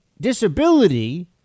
disability